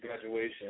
graduation